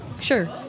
Sure